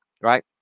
right